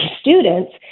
students